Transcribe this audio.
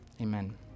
Amen